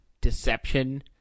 deception